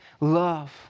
love